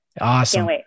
Awesome